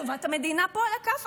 טובת המדינה פה על הכף,